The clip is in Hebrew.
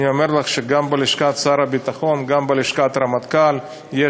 אני אומר לך שגם בלשכת שר הביטחון וגם בלשכת הרמטכ"ל יש